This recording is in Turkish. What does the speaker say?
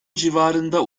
civarında